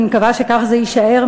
ואני מקווה שכך זה יישאר,